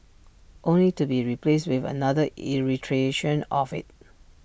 only to be replaced with another iteration of IT